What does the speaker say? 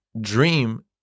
dream